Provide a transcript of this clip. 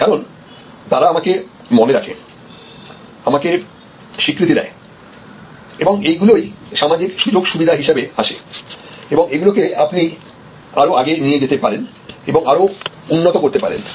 কারণ তারা আমাকে মনে রাখে আমাকে স্বীকৃতি দেয় এবং এই গুলোই সামাজিক সুযোগ সুবিধা হিসেবে আসে এবং এগুলোকে আপনি আরো আগে নিয়ে যেতে পারেন এবং আরও উন্নত করতে পারেন